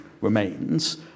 remains